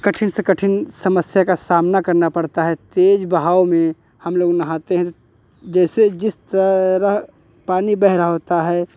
कठिन से कठिन समस्या का सामना करना पड़ता है तेज़ बहाव में हम लोग नहाते हैं तो जैसे जिस तरह पानी बह रहा होता है